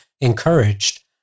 encouraged